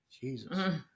Jesus